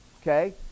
okay